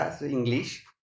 English